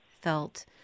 felt